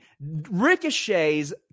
Ricochet's